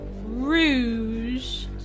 Rouge